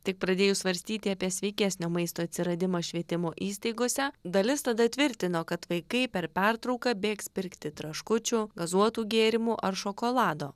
tik pradėjus svarstyti apie sveikesnio maisto atsiradimą švietimo įstaigose dalis tada tvirtino kad vaikai per pertrauką bėgs pirkti traškučių gazuotų gėrimų ar šokolado